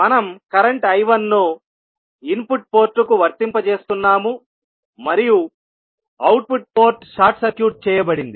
మనం current I1 ను input పోర్టుకు వర్తింపజేస్తున్నాము మరియు అవుట్పుట్ పోర్ట్ షార్ట్ సర్క్యూట్ చేయబడింది